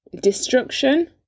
Destruction